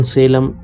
Salem